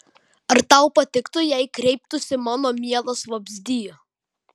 ar tau patiktų jei kreiptųsi mano mielas vabzdy